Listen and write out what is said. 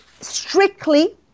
strictly